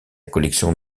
collection